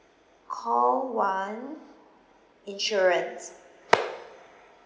call one insurance